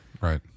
right